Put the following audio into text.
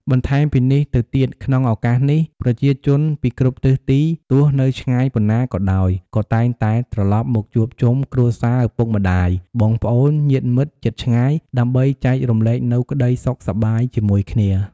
បន្ថែមពីនេះទៅទៀតក្នុងឱកាសនេះ ប្រជាជនពីគ្រប់ទិសទី ទោះនៅឆ្ងាយប៉ុណ្ណាក៏ដោយ ក៏តែងតែត្រឡប់មកជួបជុំគ្រួសារឪពុកម្តាយ បងប្អូន ញាតិមិត្តជិតឆ្ងាយ ដើម្បីចែករំលែកនូវក្ដីសុខសប្បាយជាមួយគ្នា។